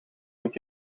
moet